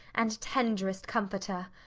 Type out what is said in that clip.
and tenderest comforter.